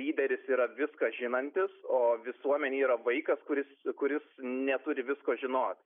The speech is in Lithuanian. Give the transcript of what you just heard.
lyderis yra viską žinantis o visuomenė yra vaikas kuris kuris neturi visko žinot